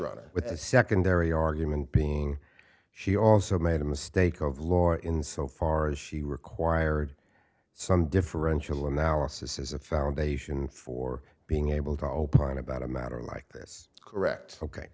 rather with a secondary argument being she also made a mistake of lore in so far as she required some differential analysis as a foundation for being able to opine about a matter like this correct ok